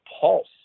pulse